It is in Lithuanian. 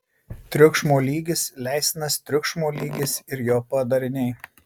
triukšmo lygis leistinas triukšmo lygis ir jo padariniai